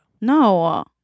no